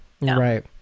right